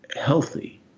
healthy